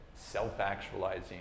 self-actualizing